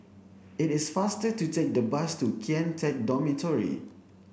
it is faster to take the bus to Kian Teck Dormitory